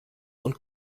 und